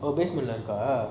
oh basement lah இருக்க:iruka